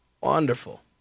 Wonderful